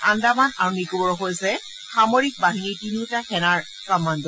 আন্দামান আৰু নিকোবৰ হৈছে সামৰিক বাহিনীৰ তিনিওটা সেনাৰ কমাণ্ড